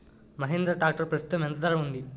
Mahindra tractor ప్రస్తుతం ఎంత ధర ఉంది?